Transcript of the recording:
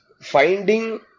finding